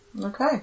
Okay